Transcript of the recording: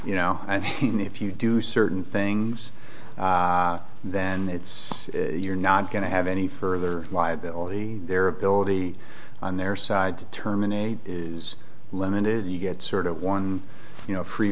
you know i think if you do certain things then it's you're not going to have any further liability their ability on their side to terminate is limited you get sort of one you know free